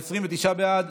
29 בעד,